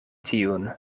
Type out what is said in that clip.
tiun